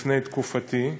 לפני תקופתי,